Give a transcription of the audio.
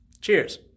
cheers